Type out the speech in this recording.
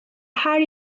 her